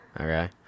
okay